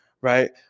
right